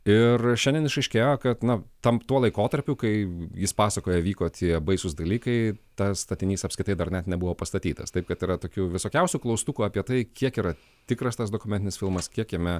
ir šiandien išaiškėjo kad na tam tuo laikotarpiu kai jis pasakoja vyko tie baisūs dalykai tas statinys apskritai dar net nebuvo pastatytas taip kad yra tokių visokiausių klaustukų apie tai kiek yra tikras tas dokumentinis filmas kiek jame